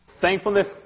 Thankfulness